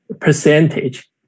percentage